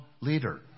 leader